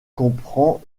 comprend